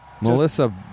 Melissa